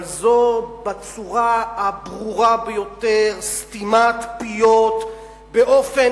אבל זאת בצורה הברורה ביותר סתימת פיות באופן